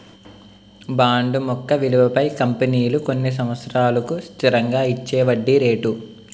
bond ముఖ విలువపై కంపెనీలు కొన్ని సంవత్సరాలకు స్థిరంగా ఇచ్చేవడ్డీ రేటు